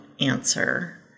answer